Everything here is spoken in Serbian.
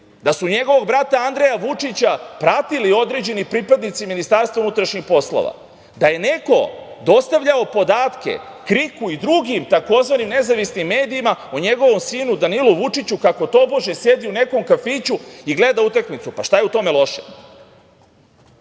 da su njegovog brata Andreja Vučića pratili određeni pripadnici MUP. Da je neko dostavljao podatke KRIK-u i drugim tzv. nezavisnim medijima o njegovom sinu Danilu Vučiću kako tobože sedi u nekom kafiću i gleda utakmicu. Pa, šta je u tome loše? Onda